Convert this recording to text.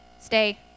stay